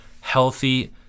healthy